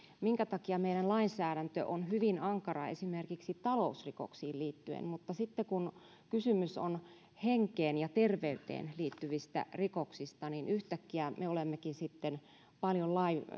minkä takia meidän lainsäädäntömme on hyvin ankara esimerkiksi talousrikoksiin liittyen mutta sitten kun kysymys on henkeen ja terveyteen liittyvistä rikoksista niin yhtäkkiä me olemmekin paljon